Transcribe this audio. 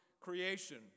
creation